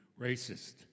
racist